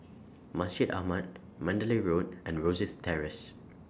Masjid Ahmad Mandalay Road and Rosyth Terrace